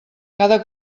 cada